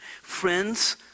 friends